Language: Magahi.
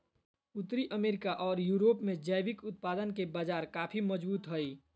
उत्तरी अमेरिका ओर यूरोप में जैविक उत्पादन के बाजार काफी मजबूत हइ